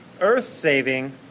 earth-saving